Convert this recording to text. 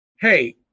Hey